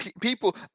people